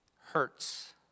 Hurts